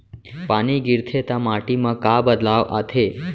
पानी गिरथे ता माटी मा का बदलाव आथे?